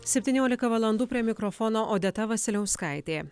septyniolika valandų prie mikrofono odeta vasiliauskaitė